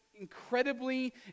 Incredibly